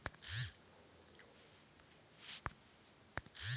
bank agent ಗಳು commission ಪಡೆದು banking ಕೆಲಸಗಳನ್ನು ಮಾಡಿಕೊಡುತ್ತಾರೆ